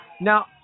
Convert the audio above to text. Now